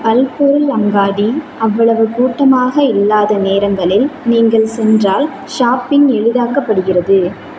பல்பொருள் அங்காடி அவ்வளவு கூட்டமாக இல்லாத நேரங்களில் நீங்கள் சென்றால் ஷாப்பிங் எளிதாக்கப்படுகிறது